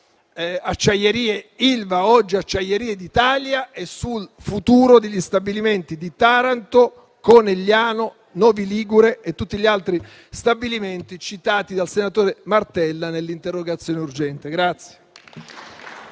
Acciaierie ILVA, oggi Acciaierie d'Italia, e sul futuro degli stabilimenti di Taranto, Cornigliano, Novi Ligure e tutti gli altri stabilimenti citati dal senatore Martella nell'interpellanza urgente.